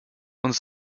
und